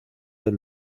del